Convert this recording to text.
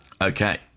Okay